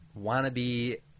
wannabe